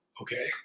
okay